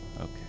Okay